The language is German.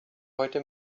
heute